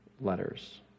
letters